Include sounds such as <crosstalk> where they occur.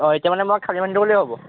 অঁ এতিয়া মানে মই খালী মানুহ <unintelligible>